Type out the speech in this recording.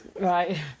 Right